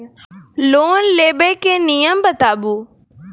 Loan लेबे के नियम बताबू?